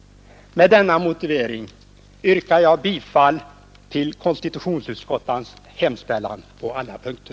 Med denna motivering yrkar jag bifall till konstitutionsutskottets hemställan på alla punkter.